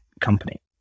company